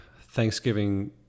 Thanksgiving